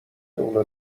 اونو